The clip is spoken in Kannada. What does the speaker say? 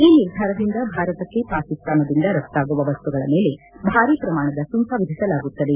ಈ ನಿರ್ಧಾರದಿಂದ ಭಾರತಕ್ಕೆ ಪಾಕಿಸ್ತಾನದಿಂದ ರಫ್ತಾಗುವ ವಸ್ತುಗಳ ಮೇಲೆ ಭಾರಿ ಪ್ರಮಾಣದ ಸುಂಕ ವಿಧಿಸಲಾಗುತ್ತದೆ